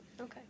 Okay